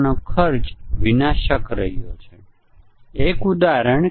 આપણે ટેસ્ટીંગ ના કેસો વધારવાની જરૂર છે